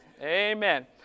Amen